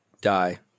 die